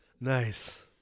Nice